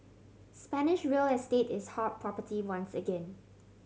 Spanish real estate is hot property once again